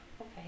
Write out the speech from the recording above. Okay